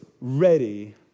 ready